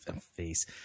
face